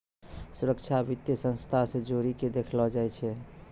सुरक्षा वित्तीय संस्था से जोड़ी के देखलो जाय छै